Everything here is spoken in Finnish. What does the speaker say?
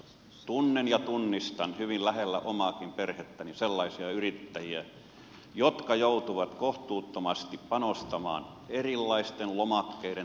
tunnen ja tunnistan hyvin lähellä omaakin perhettäni sellaisia yrittäjiä jotka joutuvat kohtuuttomasti panostamaan erilaisten lomakkeiden täyttämiseen